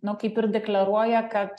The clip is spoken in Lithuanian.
nu kaip ir deklaruoja kad